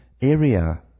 area